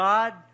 God